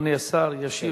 אדוני השר ישיב לשואלים.